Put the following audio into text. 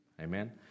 Amen